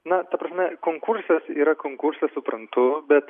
na ta prasme konkursas yra konkursas suprantu bet